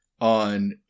on